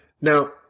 now